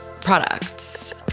products